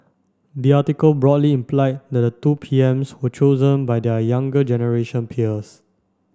the article broadly implied that the two PMs were chosen by their younger generation peers